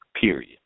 Period